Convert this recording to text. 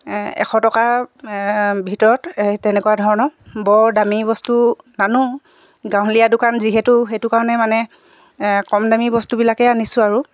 এশ টকা ভিতৰত এই তেনেকুৱা ধৰণৰ বৰ দামী বস্তু নানো গাঁৱলীয়া দোকান যিহেতু সেইটো কাৰণে মানে কম দামী বস্তুবিলাকেই আনিছোঁ আৰু